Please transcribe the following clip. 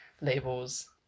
labels